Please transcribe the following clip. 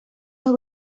los